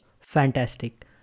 Fantastic